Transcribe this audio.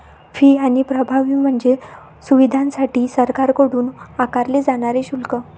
fee आणि प्रभावी म्हणजे सुविधांसाठी सरकारकडून आकारले जाणारे शुल्क